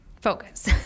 Focus